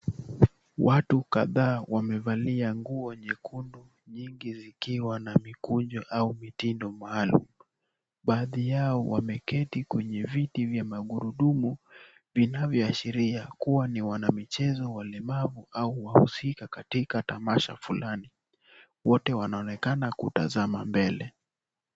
Watu kadhaa wamevalia nguo nyekundu nyingi zikiwa na mikunjo au mitindo maalum baadhi yao wameketi kwenye viti vya magurudumu vinavyoashiria kuwa ni wanamichezo walemavu au wahusika katika tamasha fulani wote wanaonekana kutazama mbele.